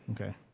Okay